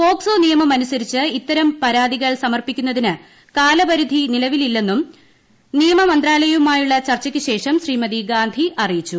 POCSO നിയമമനുസരിച്ച് ഇത്തരം പരാതികൾ സമർപ്പിക്കുന്നതിന് കാലപരിധി നിലവിലില്പെന്നും നിയമ മന്ത്രാലയവുമായുള്ള ചർച്ചയ്ക്കു ശേഷം ശ്രീമതി ഗാന്ധി അറിയിച്ചു